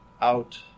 out